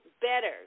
better